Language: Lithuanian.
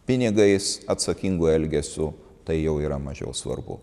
pinigais atsakingu elgesiu tai jau yra mažiau svarbu